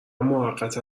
موقتا